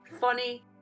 Funny